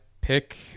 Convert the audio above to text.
pick